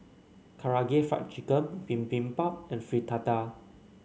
Karaage Fried Chicken Bibimbap and Fritada